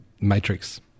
Matrix